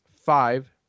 five